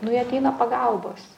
nu jie ateina pagalbos